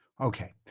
Okay